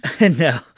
No